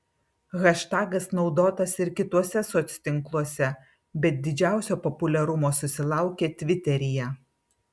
haštagas naudotas ir kituose soctinkluose bet didžiausio populiarumo susilaukė tviteryje